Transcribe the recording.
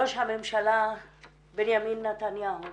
ראש הממשלה בנימין נתניהו,